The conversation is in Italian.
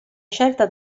scelta